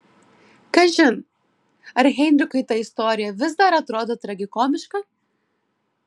kažin ar heinrichui ta istorija vis dar atrodo tragikomiška